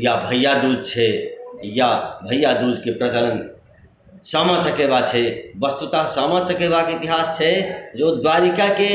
या भैयादूज छै या भैयादूजके प्रचलन सामा चकेबा छै वस्तुतः सामा चकेबाके इतिहास छै जे द्वारिकाके